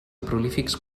prolífics